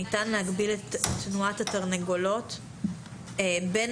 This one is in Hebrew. ניתן להגביל את תנועת התרנגולות בין